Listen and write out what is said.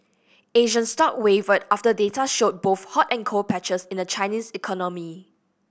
Asian stock wavered after data showed both hot and cold patches in the Chinese economy